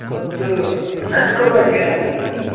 تہٕ اَسہِ کوتاہ کِراے لَگہِ حضرت